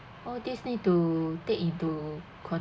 all these need to take into